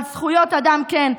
זכויות אדם כן.